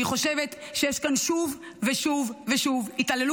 אני חושבת שיש כאן שוב ושוב התעללות